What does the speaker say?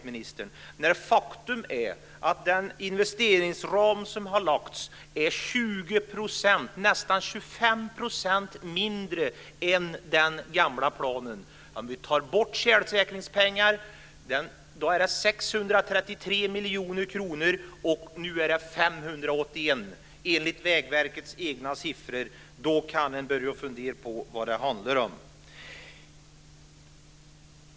Men faktum är att den investeringsram som har lagts är 20 %, nästan 25 %, mindre än i den gamla planen. Om vi tar bort tjälsäkringspengarna så är det 633 miljoner kronor, och nu är det 581 enligt Vägverkets egna siffror. Då kan man ju börja fundera på vad det handlar om.